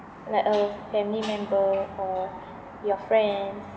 like a family member or your friends